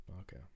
Okay